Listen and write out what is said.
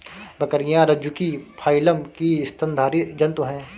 बकरियाँ रज्जुकी फाइलम की स्तनधारी जन्तु है